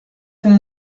fent